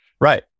Right